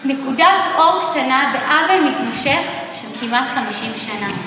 נקודת אור קטנה בעוול מתמשך של כמעט 50 שנה.